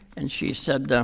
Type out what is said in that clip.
and she said,